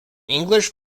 english